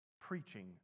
preaching